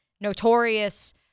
notorious